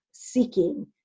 seeking